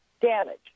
damage